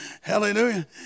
hallelujah